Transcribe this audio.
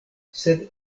sed